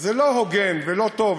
זה לא הוגן ולא טוב,